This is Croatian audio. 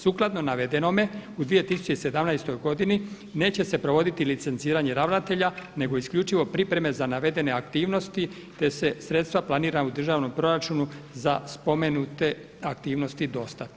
Sukladno navedenome u 2017. godini neće se provoditi licenciranje ravnatelja nego isključivo pripreme za navedene aktivnosti te se sredstva planirana u državnom proračunu za spomenute aktivnosti dostatna.